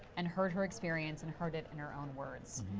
and hurt her experience and heard it in her own words.